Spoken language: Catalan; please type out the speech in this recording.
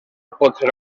potser